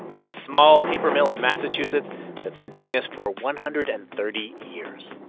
it's a small paper mill in massachusetts that's been doing this for one hundred and thirty years